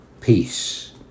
peace